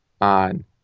on